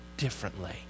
differently